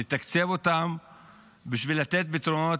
לתקצב אותם כדי לתת פתרונות.